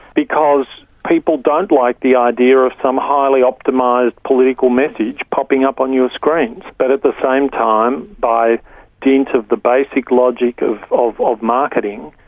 because people don't like the idea of some highly optimised political message popping up on your screens. but at the same time, by dint of the basic logic of of ah marketing,